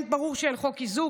ברור שאין חוק איזוק,